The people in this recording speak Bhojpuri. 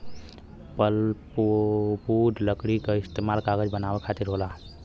पल्पवुड लकड़ी क इस्तेमाल कागज बनावे खातिर होला